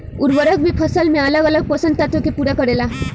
उर्वरक भी फसल में अलग अलग पोषण तत्व के पूरा करेला